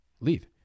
leave